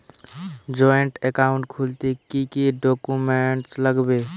Joint account খুলতে কি কি ডকুমেন্টস লাগবে?